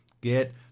Get